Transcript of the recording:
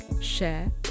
share